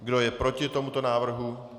Kdo je proti tomuto návrhu?